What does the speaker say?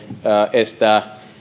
estää